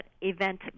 event